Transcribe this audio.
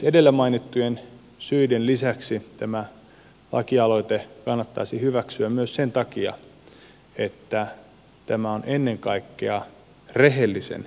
edellä mainittujen syiden lisäksi tämä lakialoite kannattaisi hyväksyä myös sen takia että tämä on ennen kaikkea rehellisen yrittäjän etu